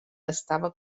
estava